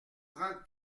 trente